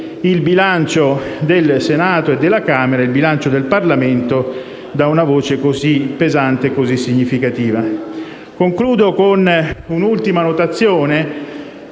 il bilancio del Senato e della Camera, ossia il bilancio del Parlamento, da una voce così pesante e significativa. Concludo con un'ultima notazione: